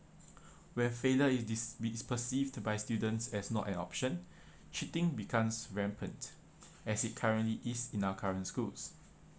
where failure is dis~ be perceived by students as not an option cheating becomes rampant as it currently is in our current schools